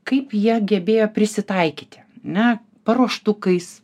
kaip jie gebėjo prisitaikyti ane paruoštukais